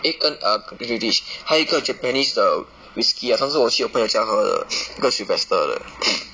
eh um err give me this 还有一个 japanese 的 whiskey ah 上次我去我朋友家喝的那个的